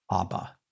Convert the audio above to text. Abba